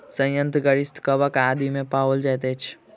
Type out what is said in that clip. सयंत्र ग्रंथिरस कवक आदि मे पाओल जाइत अछि